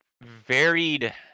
varied